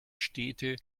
städte